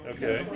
Okay